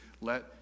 let